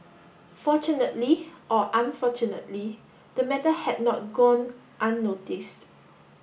fortunately or unfortunately the matter had not gone unnoticed